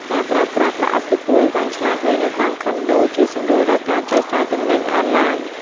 ការប្រើប្រាស់ "ប្រអប់ទទួលអីវ៉ាន់ឆ្លាតវៃ" នៅតាមខុនដូ ជួយសម្រួលដល់ការចែកចាយទំនិញអនឡាញ។